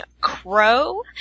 Crow